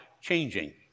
changing